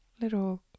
little